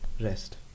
rest